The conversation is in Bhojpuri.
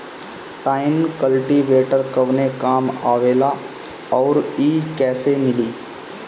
टाइन कल्टीवेटर कवने काम आवेला आउर इ कैसे मिली?